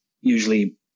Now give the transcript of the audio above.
usually